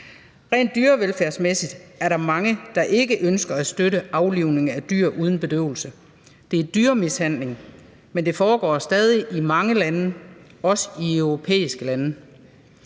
Rent dyrevelfærdsmæssigt er der mange, der ikke ønsker at støtte aflivning af dyr uden bedøvelse. Det er dyremishandling, men det foregår stadig i mange lande, også i europæiske lande.